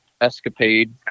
escapade